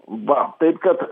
va taip kad